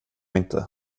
inte